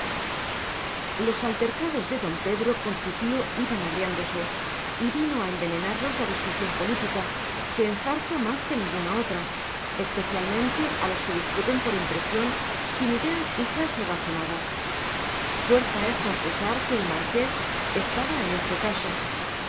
los altercados de don pedro con su tío iban agriándose y vino a envenenarlos la discusión política que enzarza más que ninguna otra especialmente a los que discuten por impresión sin ideas fijas y razonadas fuerza es confesar que el marqués estaba en este caso